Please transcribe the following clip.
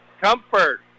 Comfort